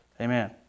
Amen